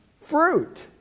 fruit